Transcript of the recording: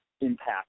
impact